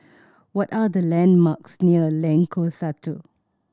what are the landmarks near Lengkok Satu